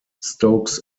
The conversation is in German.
stokes